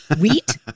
Wheat